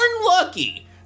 lucky